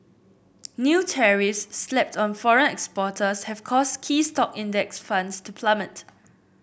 new tariffs slapped on foreign exporters have caused key stock index funds to plummet